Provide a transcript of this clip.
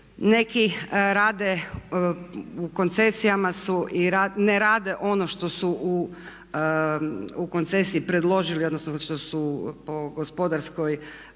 Neki rade u koncesijama su i ne rade ono što su u koncesiji predložili odnosno što su po gospodarskom